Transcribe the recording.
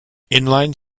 inline